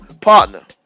partner